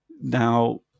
now